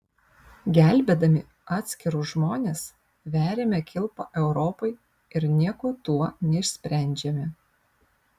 gelbėdami atskirus žmones veriame kilpą europai ir nieko tuo neišsprendžiame